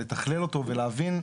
לתכלל אותו ולהבין,